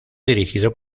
dirigido